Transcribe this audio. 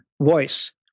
voice